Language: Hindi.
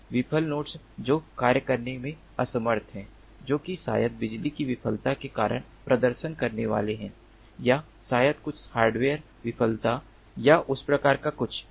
विफल नोड्स जो कार्य करने में असमर्थ हैं जो कि शायद बिजली की विफलता के कारण प्रदर्शन करने वाले हैं या शायद कुछ हार्डवेयर विफलता या उस प्रकार का कुछ है